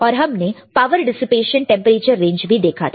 और हमने power dissipation temperature range भी देखा था